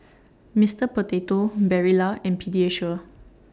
Mister Potato Barilla and Pediasure